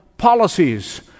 policies